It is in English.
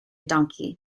donkey